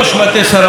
כפי שאמרנו,